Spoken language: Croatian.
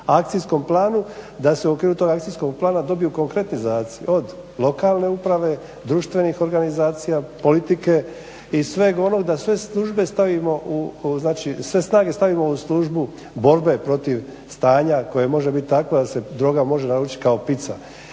akcijskom planu da se u okviru toga akcijskog plana dobiju konkretni zadaci od lokalne uprave, društvenih organizacija, politike i sveg onog da sve snage stavimo u službu borbe protiv stanja koje može biti takvo da se droga može naručiti kao pizza.